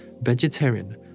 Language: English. vegetarian